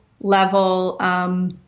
level